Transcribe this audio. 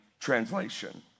Translation